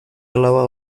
alaba